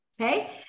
okay